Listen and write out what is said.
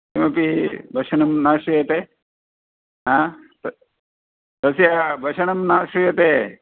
किमपि भाषणं न श्रूयते आ तस्य भाषणं न श्रूयते